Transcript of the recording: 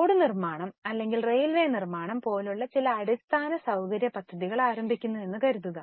road നിർമ്മാണം അല്ലെങ്കിൽ railway നിർമ്മാണം പോലുള്ള ചില അടിസ്ഥാന സൌകര്യ പദ്ധതികൾ ആരംഭിക്കുന്നുവെന്നു കരുതുക